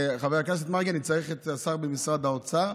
חבר הכנסת מרגי, אני צריך את השר במשרד האוצר,